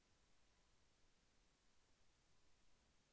కందులు ఈరోజు ఎంత ధర?